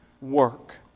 work